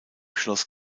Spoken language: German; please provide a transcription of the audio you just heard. schloss